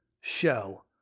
show